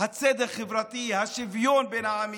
הצדק החברתי, השוויון בין העמים.